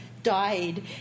Died